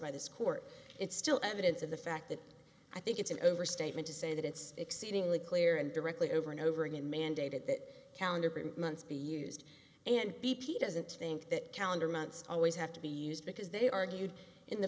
by this court it's still evidence of the fact that i think it's an overstatement to say that it's exceedingly clear and directly over and over again mandated that calendar print months be used and b p doesn't think that calendar months always have to be used because they argued in the